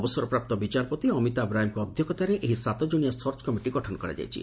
ଅବସରପ୍ରାପ୍ତ ବିଚାରପତି ଅମିତାଭ ରାୟଙ୍କ ଅଧ୍ଧକ୍ଷତାରେ ଏହି ସାତଜଣିଆ ସର୍ଚ କମିଟି ଗଠନ କରାଯାଇଛି